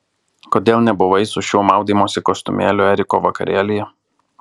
kodėl nebuvai su šiuo maudymosi kostiumėliu eriko vakarėlyje